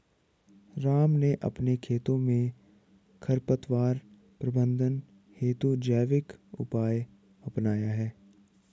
राम ने अपने खेतों में खरपतवार प्रबंधन हेतु जैविक उपाय अपनाया है